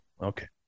okay